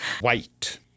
White